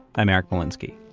i'm eric molinsky.